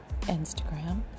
Instagram